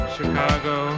Chicago